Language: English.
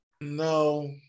No